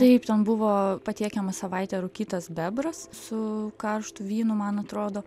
taip ten buvo patiekiamas savaitę rūkytas bebras su karštu vynu man atrodo